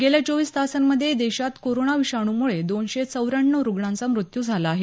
गेल्या चोवीस तासांमधे देशात कोरोना विषाणूमुळे दोनशे चौऱ्याण्णव रुग्णांचा मृत्यू झाला आहे